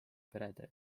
perede